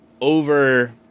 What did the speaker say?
over